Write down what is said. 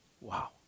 Wow